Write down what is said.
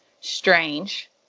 strange